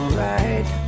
right